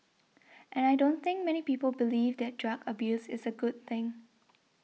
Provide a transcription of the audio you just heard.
and I don't think many people believe that drug abuse is a good thing